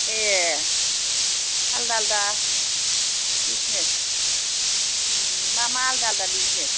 ए आलदा आलदा बिजनेस मा मा आलदा बिजनेस